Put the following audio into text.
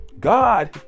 God